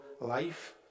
life